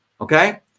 Okay